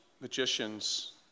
magicians